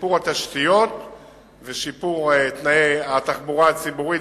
לשיפור התשתיות ולשיפור תנאי התחבורה הציבורית